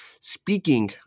Speaking